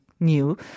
New